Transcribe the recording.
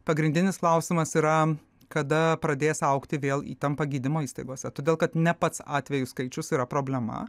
pagrindinis klausimas yra kada pradės augti vėl įtampa gydymo įstaigose todėl kad ne pats atvejų skaičius yra problema